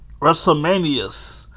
WrestleMania's